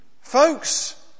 folks